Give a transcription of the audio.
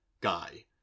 guy